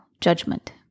judgment